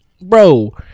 Bro